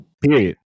Period